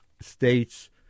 states